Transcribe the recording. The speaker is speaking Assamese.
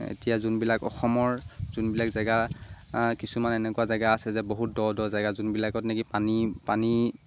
এতিয়া যোনবিলাক অসমৰ যোনবিলাক জেগা কিছুমান এনেকুৱা জেগা আছে যে বহুত দ দ জেগা যোনবিলাকত নেকি পানী পানী